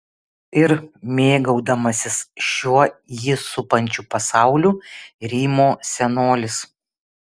ir mėgaudamasis šiuo jį supančiu pasauliu rymo senolis